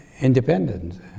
independent